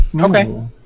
Okay